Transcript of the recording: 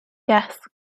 yes